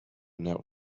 now